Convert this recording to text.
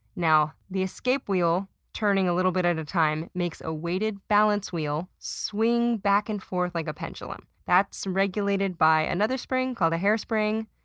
now the escape wheel turning a little bit at a time makes a weighted balance wheel swing back and forth like a pendulum. that's regulated by another spring, called a hairspring,